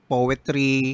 poetry